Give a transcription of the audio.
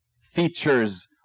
features